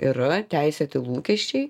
yra teisėti lūkesčiai